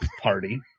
Party